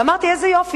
ואמרתי: איזה יופי.